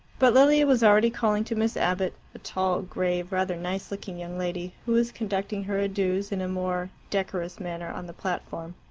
but lilia was already calling to miss abbott, a tall, grave, rather nice-looking young lady who was conducting her adieus in a more decorous manner on the platform.